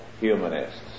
humanists